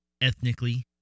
ethnically